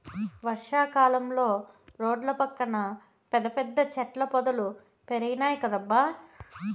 వర్షా కాలంలో రోడ్ల పక్కన పెద్ద పెద్ద చెట్ల పొదలు పెరిగినాయ్ కదబ్బా